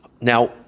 Now